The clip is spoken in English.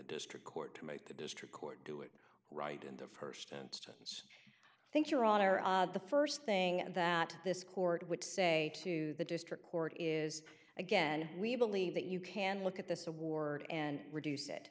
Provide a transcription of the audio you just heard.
district court to make the district court do it right in the first instance i think your honor the first thing that this court would say to the district court is again we believe that you can look at this award and reduce it